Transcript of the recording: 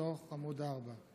מתוך עמ' 4: